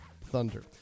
Thunder